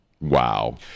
Wow